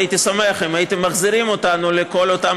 הייתי שמח אם הייתם מחזירים אותנו לכל אותם